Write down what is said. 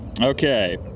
Okay